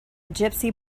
gypsy